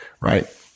Right